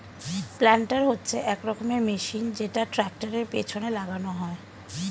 planter হচ্ছে এক রকমের মেশিন যেটা ট্র্যাক্টরের পেছনে লাগানো হয়